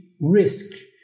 risk